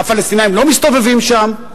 הפלסטינים לא מסתובבים שם,